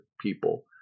people